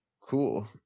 Cool